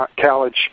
college